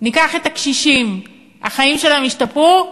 ניקח את הקשישים: החיים שלהם השתפרו?